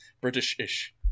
British-ish